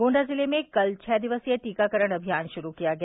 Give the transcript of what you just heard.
गोण्डा जिले में कल छः दिवसीय टीकाकरण अभियान शुरू किया गया